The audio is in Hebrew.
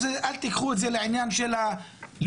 אל תיקחו את זה לעניין הלאומני,